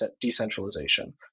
decentralization